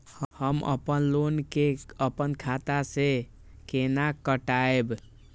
हम अपन लोन के अपन खाता से केना कटायब?